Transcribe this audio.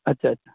اچھا اچھا